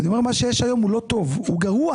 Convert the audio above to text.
אני אומר: מה שיש היום הוא לא טוב; הוא גרוע.